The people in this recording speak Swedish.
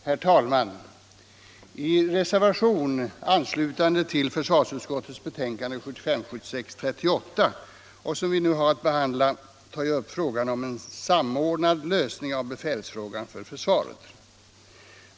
Herr talman! I reservationen anslutande till försvarsutskottets betänkande 1975/76:38 som nu behandlas tar vi upp frågan om en samordnad lösning av befälsfrågan för försvaret.